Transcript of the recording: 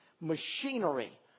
Machinery